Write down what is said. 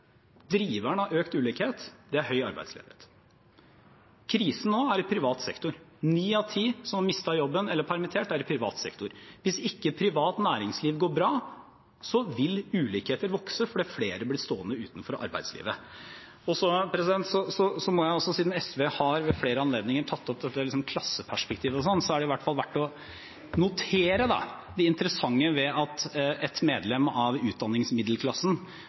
driveren av økt ulikhet er høy arbeidsledighet. Krisen nå er i privat sektor. Ni av ti som har mistet jobben eller er permittert, er i privat sektor. Hvis ikke privat næringsliv går bra, vil ulikheter vokse, fordi flere blir stående utenfor arbeidslivet. Jeg må også si, siden SV ved flere anledninger har tatt opp dette klasseperspektivet, at det i hvert fall er verdt å notere det interessante ved at et medlem av utdanningsmiddelklassen